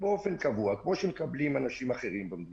באופן קבוע, כמו שמקבלים אנשים אחרים במדינה.